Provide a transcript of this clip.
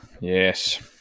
Yes